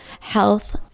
health